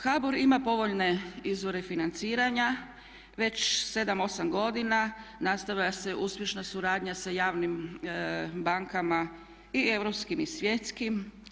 HBOR ima povoljne izvore financiranja, već 7, 8 godina nastavlja se uspješna suradnja sa javnim bankama i europskim i svjetskim.